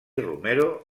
romero